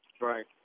Right